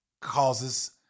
causes